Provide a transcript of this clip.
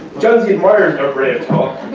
johnsey admired brave talk.